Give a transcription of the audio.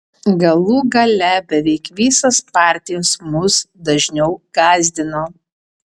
galų gale beveik visos partijos mus dažniau gąsdino